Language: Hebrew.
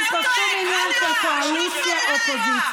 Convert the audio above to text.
אין פה שום עניין של קואליציה ואופוזיציה.